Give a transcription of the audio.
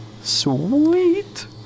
Sweet